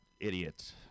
idiot